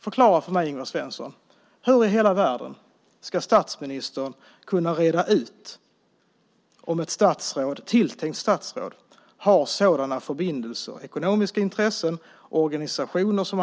Förklara för mig, Ingvar Svensson, hur i hela världen statsministern ska reda ut om ett tilltänkt statsråd har sådana förbindelser, ekonomiska intressen eller är delaktig i organisationer